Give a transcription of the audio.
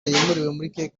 yimuriwe